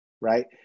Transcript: right